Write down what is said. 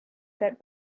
that